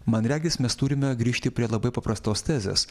man regis mes turime grįžti prie labai paprastos tezės